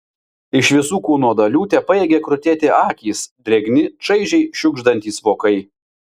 iš visų kūno dalių tepajėgė krutėti akys drėgni čaižiai šiugždantys vokai